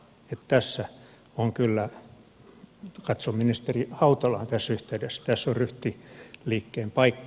tässä on kyllä katson ministeri hautalaa tässä yhteydessä ryhtiliikkeen paikka